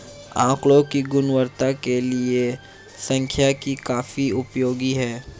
आकड़ों की गुणवत्ता के लिए सांख्यिकी काफी उपयोगी है